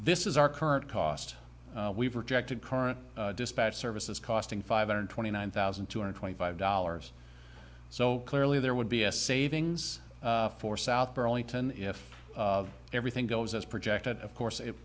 this is our current cost we've rejected current dispatch services costing five hundred twenty nine thousand two hundred twenty five dollars so clearly there would be a savings for south burlington if everything goes as project of course i